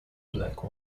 black